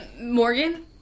Morgan